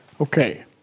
Okay